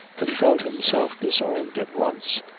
that he felt himself disarmed at once.